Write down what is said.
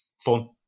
fun